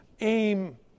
aim